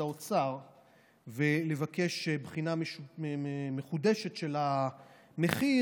האוצר ולבקש בחינה מחודשת של המחיר,